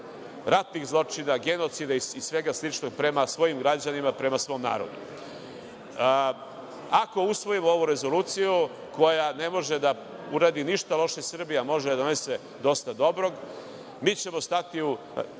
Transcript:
ratnih zločina, genocida i svega sličnog prema svojim građanima, prema svom narodu. Ako usvojimo ovu rezoluciju koja ne može da uradi ništa loše Srbiji, a može da donese dosta dobrog, mi ćemo stati u